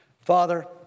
Father